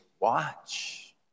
Watch